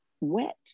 wet